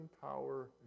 power